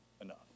enough